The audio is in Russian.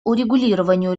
урегулированию